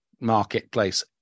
marketplace